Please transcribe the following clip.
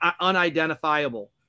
unidentifiable